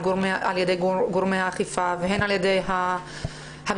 על-ידי גורמי האכיפה והן על ידי הממשל